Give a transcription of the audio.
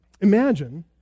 imagine